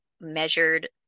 measured